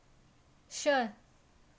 sure